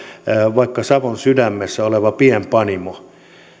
vaikka savon sydämessä oleva pienpanimo